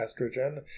estrogen